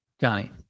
Johnny